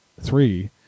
three